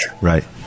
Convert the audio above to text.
Right